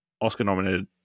Oscar-nominated